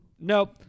nope